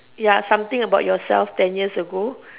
ya something about yourself ten years ago